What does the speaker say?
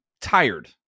tired